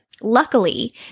Luckily